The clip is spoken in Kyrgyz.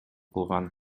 кылган